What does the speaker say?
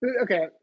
okay